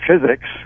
physics